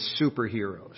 superheroes